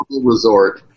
resort